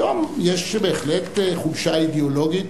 היום יש בהחלט חולשה אידיאולוגית